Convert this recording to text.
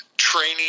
training